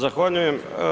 Zahvaljujem.